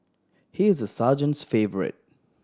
he is the sergeant's favourite